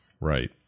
Right